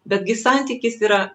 betgi santykis yra